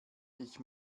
ich